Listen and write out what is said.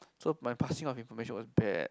so my passing of information was bad